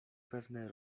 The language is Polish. pewne